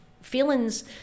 feelings